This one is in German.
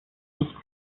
nicht